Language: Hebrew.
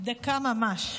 דקה ממש.